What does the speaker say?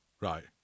Right